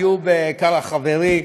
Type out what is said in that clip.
איוב קרא חברי,